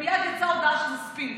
ומייד יצאה הוראה שמקפיאים.